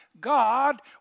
God